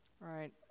Right